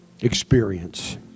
experience